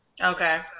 Okay